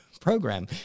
program